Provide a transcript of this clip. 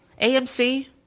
AMC